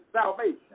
salvation